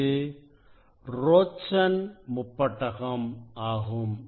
அது ரோச்சன் முப்பட்டகம் Rochonprism ஆகும்